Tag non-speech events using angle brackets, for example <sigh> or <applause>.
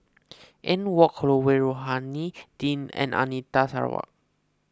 <noise> Anne Wong Holloway Rohani Din and Anita Sarawak